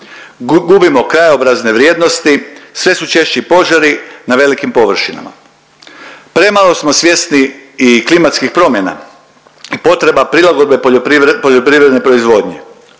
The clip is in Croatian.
Gubimo krajobrazne vrijednosti, sve su češći požari na velikim površinama. Premalo smo svjesni i klimatskih promjena i potreba prilagodbe poljoprivredne proizvodnje.